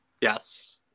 Yes